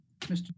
Mr